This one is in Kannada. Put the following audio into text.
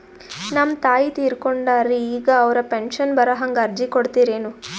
ನಮ್ ತಾಯಿ ತೀರಕೊಂಡಾರ್ರಿ ಈಗ ಅವ್ರ ಪೆಂಶನ್ ಬರಹಂಗ ಅರ್ಜಿ ಕೊಡತೀರೆನು?